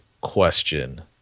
question